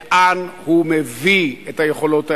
לאן הוא מביא את היכולות האלה?